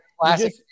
classic